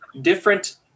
different